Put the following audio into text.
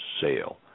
sale